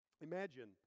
Imagine